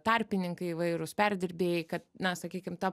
tarpininkai įvairūs perdirbėjai kad na sakykim ta